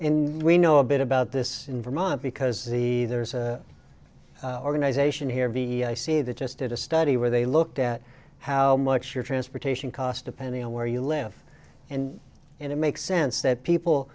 so we know a bit about this in vermont because the there's an organization here v e c that just did a study where they looked at how much your transportation costs depending on where you live and it makes sense that people